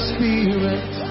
Spirit